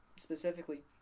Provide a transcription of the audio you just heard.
specifically